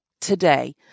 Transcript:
Today